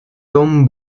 tom